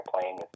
playing